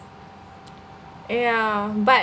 yeah but